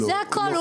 זה הכל.